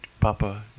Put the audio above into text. Papa